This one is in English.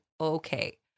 okay